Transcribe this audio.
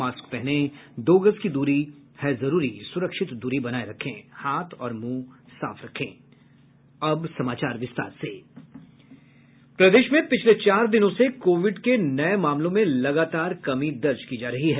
mask पहनें दो गज दूरी है जरूरी सुरक्षित दूरी बनाये रखें हाथ और मुंह साफ रखें अब समाचार विस्तार से प्रदेश में पिछले चार दिनों से कोविड के नये मामलों में लगातार कमी दर्ज की जा रही है